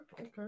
okay